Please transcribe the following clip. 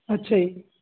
ਅੱਛਾ ਜੀ